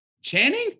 Channing